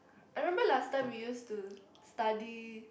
I remember last time we used to study